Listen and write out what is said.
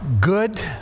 Good